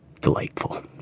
delightful